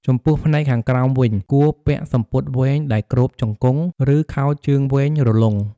ចំពោះផ្នែកខាងក្រោមវិញ គួរពាក់សំពត់វែងដែលគ្របជង្គង់ ឬខោជើងវែងរលុង។